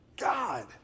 God